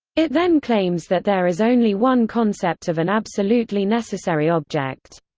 it then claims that there is only one concept of an absolutely necessary object.